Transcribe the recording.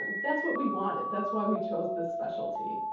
that's what we wanted, that's why we chose this specialty.